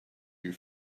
you